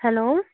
hello